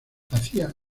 hacía